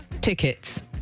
tickets